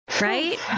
right